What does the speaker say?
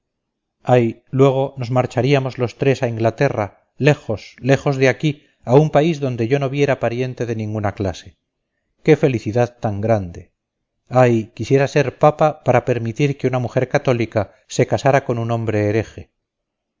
ay luego nos marcharíamos los tres a inglaterra lejos lejos de aquí a un país donde yo no viera pariente de ninguna clase qué felicidad tan grande ay quisiera ser papa para permitir que una mujer católica se casara con un hombre hereje